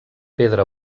pedra